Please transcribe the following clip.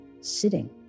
sitting